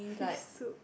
fish soup